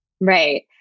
Right